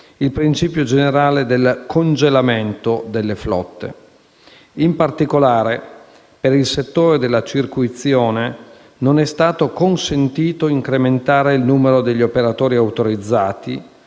il principio generale del congelamento delle flotte (*freezing*). In particolare, per il settore della circuizione, non è stato consentito incrementare il numero degli operatori autorizzati,